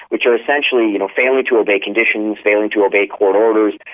which are essentially you know failing to obey conditions, failing to obey court orders,